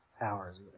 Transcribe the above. Hours